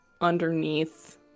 underneath